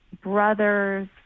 brother's